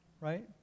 right